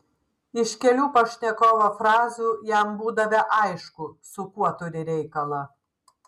iš kelių pašnekovo frazių jam būdavę aišku su kuo turi reikalą